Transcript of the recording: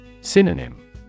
Synonym